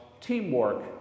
teamwork